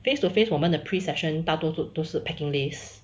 face to face 我们 the pre session 大多数都是 picking list